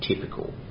typical